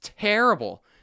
terrible